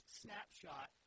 snapshot